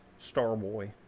Starboy